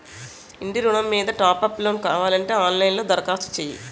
ఇంటి ఋణం మీద టాప్ అప్ లోను కావాలంటే ఆన్ లైన్ లో దరఖాస్తు చెయ్యు